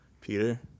Peter